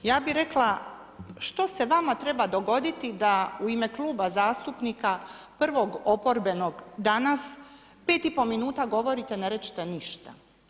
Ja bi rekla, što se vama treba dogoditi da u ime kluba zastupnika prvog oporbenog danas pet i pol minuta govorite ne rečete ništa.